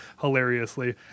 hilariously